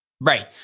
Right